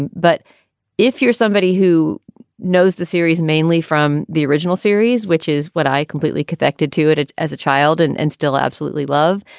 and but if you're somebody who knows the series, mainly from the original series, which is what i completely connected to it it as a child and and still absolutely love,